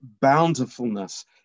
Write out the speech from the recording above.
bountifulness